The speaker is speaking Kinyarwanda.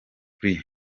brig